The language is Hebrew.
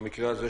במקרה זה,